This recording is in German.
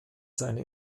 seine